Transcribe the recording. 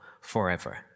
forever